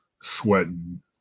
sweating